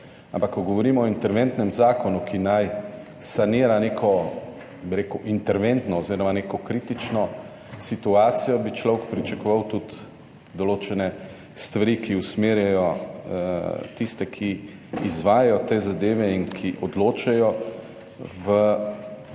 Ampak, ko govorimo o interventnem zakonu, ki naj sanira neko, bi rekel interventno oziroma neko kritično situacijo, bi človek pričakoval tudi določene stvari, ki usmerjajo tiste, ki izvajajo te zadeve in ki odločajo v,